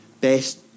best